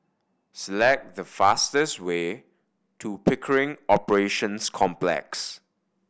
select the fastest way to Pickering Operations Complex